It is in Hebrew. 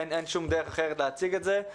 אין דרך אחרת להציג את זה.